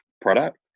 product